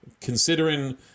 Considering